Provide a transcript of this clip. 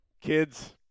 kids